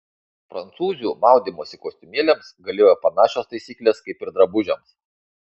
prancūzių maudymosi kostiumėliams galioja panašios taisyklės kaip ir drabužiams